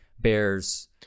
Bears